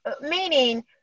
meaning